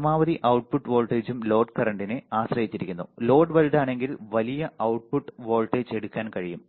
പരമാവധി output വോൾട്ടേജും load കറന്റ്നെ ആശ്രയിച്ചിരിക്കുന്നു ലോഡ് വലുതാണെങ്കിൽ വലിയ output വോൾട്ടേജ് എടുക്കാൻ കഴിയും